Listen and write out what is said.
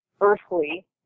earthly